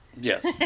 Yes